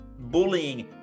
bullying